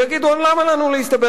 יגידו: במקום להסתבך,